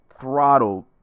throttled